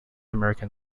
american